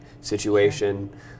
situation